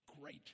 great